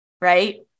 right